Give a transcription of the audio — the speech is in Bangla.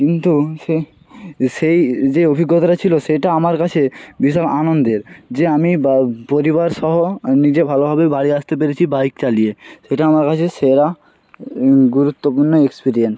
কিন্তু সে সেই যে অভিজ্ঞতাটা ছিলো সেটা আমার কাছে ভীষণ আনন্দের যে আমি বা পরিবারসহ নিজে ভালোভাবে বাড়ি আসতে পেরেছি বাইক চালিয়ে সেটা আমার কাছে সেরা গুরুত্বপূর্ণ এক্সপিরিয়েন্স